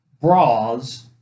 bras